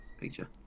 picture